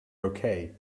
okay